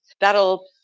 that'll